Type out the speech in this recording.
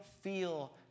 feel